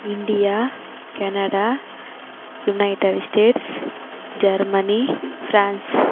India Canada United States Germany France